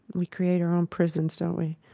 we create our own prisons, don't we?